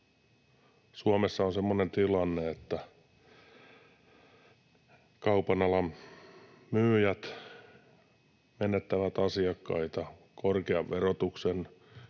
Suomessa on semmoinen tilanne, että kaupan alan myyjät menettävät asiakkaita korkean verotuksen,